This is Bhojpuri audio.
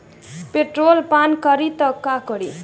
पेट्रोल पान करी त का करी?